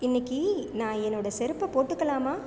இன்னைக்கு நான் என்னோட செருப்பை போட்டுக்கலாமா